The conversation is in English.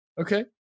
Okay